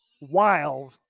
wild